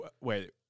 wait